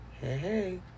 Hey